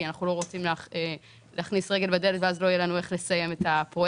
אנחנו לא רוצים להכניס רגל בדלת ואז לא יהיה לנו איך לסיים את הפרויקט.